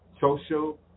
social